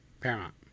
Paramount